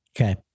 Okay